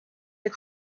but